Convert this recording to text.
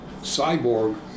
cyborg